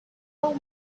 one